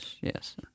Yes